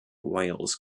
wales